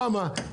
ולמה?